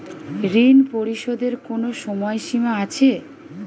ঋণ পরিশোধের কোনো সময় সীমা আছে?